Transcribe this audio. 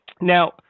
Now